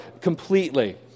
completely